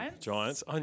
Giants